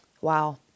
wow